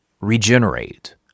regenerate